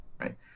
right